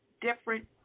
different